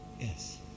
Yes